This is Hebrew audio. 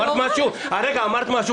סליחה, יש פה טבלה.